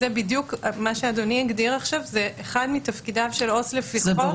מה שאדוני הגדיר עכשיו זה אחד מתפקידיו של העובד הסוציאלי לפי חוק,